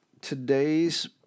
today's